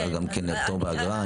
אז לתת גם כן פטור באגרה,